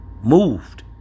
moved